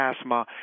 asthma